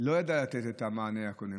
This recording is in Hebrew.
לא ידעה לתת מענה כולל.